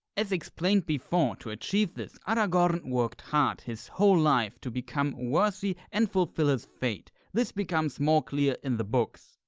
as explained before, to achieve this, aragorn worked hard his whole life to become worthy and fulfil his fate. this becomes more clear in the books.